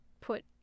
put